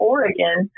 Oregon